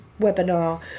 webinar